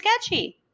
sketchy